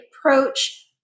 approach